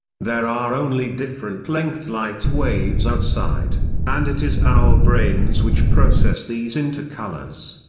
there are only different length light waves outside, and it is our brains which process these into colors.